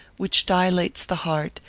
which dilates the heart,